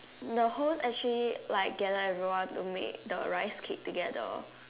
the whole host actually gather everyone to make the rice cake together